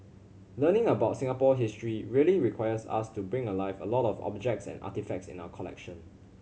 learning about Singapore history really requires us to bring alive a lot of the objects and artefacts in our collection